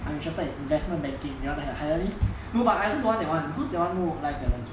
I'm interested in investment banking you wanted to hire me no but I also don't want that one because that one no work life balance